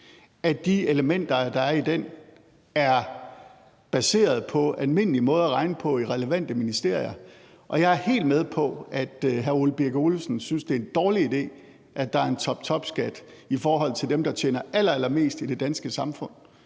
at de elementer, der er i den, er baseret på en almindelig måde at regne på i de relevante ministerier. Og jeg er helt med på, at hr. Ole Birk Olesen synes, at det er en dårlig idé, at der er en toptopskat i forhold til dem, der tjener allerallermest i det danske samfund,